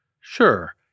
Sure